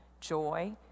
joy